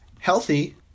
Healthy